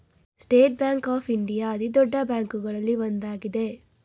state Bank of India ಅತಿದೊಡ್ಡ ಬ್ಯಾಂಕುಗಳಲ್ಲಿ ಒಂದಾಗಿದೆ